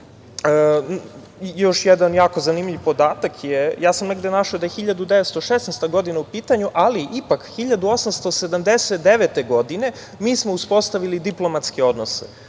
Još jedan jako zanimljiv podatak, ja sam negde našao podatak da je 1916. godina u pitanju, ali ipak 1879. godine mi smo uspostavili diplomatske odnose.